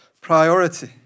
priority